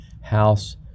House